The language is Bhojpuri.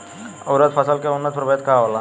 उरद फसल के उन्नत प्रभेद का होला?